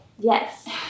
Yes